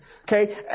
Okay